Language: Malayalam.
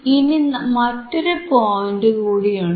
ഇനി മറ്റൊരു പോയിന്റുകൂടിയുണ്ട്